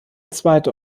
zweite